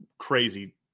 Crazy